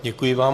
Děkuji vám.